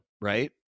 right